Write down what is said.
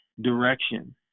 direction